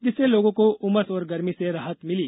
जिससे लोगों को उमस और गर्मी से राहत मिली